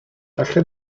allan